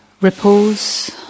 ripples